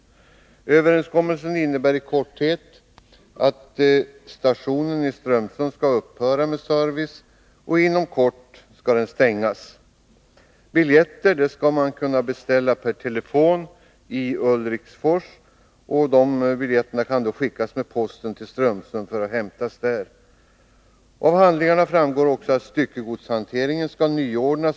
Överenskommelsen innebär i korthet att trafikservicen vid stationen i Strömsund skall upphöra och att stationen inom kort skall stängas. Man skall per telefon kunna beställa biljetter i Ulriksfors, och biljetterna skall sedan skickas med posten till Strömsund för att hämtas där. Av handlingarna framgår också att styckegodshanteringen skall nyordnas.